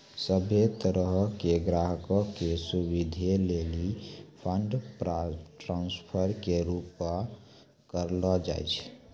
सभ्भे तरहो के ग्राहको के सुविधे लेली फंड ट्रांस्फर के पूरा करलो जाय छै